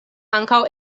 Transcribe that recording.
ankaŭ